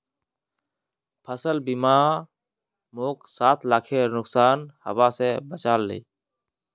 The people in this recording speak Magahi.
फसल बीमा मोक सात लाखेर नुकसान हबा स बचा ले